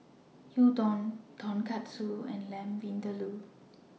Gyudon Tonkatsu and Lamb Vindaloo